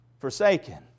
forsaken